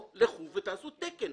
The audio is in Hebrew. או לכו ותעשו תקן.